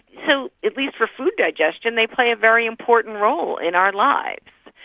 so at least for food digestion they play a very important role in our lives.